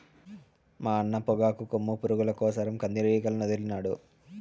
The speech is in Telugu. మా అన్న పొగాకు కొమ్ము పురుగుల కోసరం కందిరీగలనొదిలినాడు